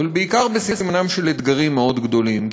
אבל בעיקר בסימנם של אתגרים מאוד גדולים,